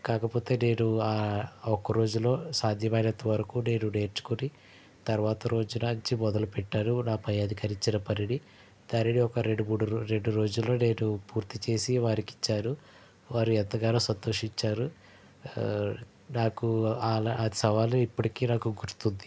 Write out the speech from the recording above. కాకపోతే నేను ఒక్క రోజులో సాధ్యమైనంత వరకు నేను నేర్చుకొని తర్వాత రోజు కానించి మొదలుపెట్టాను నా పై అధికారి ఇచ్చిన పనిని దానిని ఒక రెండు మూడు రోజ్ రెండు రోజులలో నేను పూర్తి చేసి వారికి ఇచ్చాను వారు ఎంతగానో సంతోషించారు నాకు అ అది సవాలు ఇప్పటికి నాకు గుర్తుంది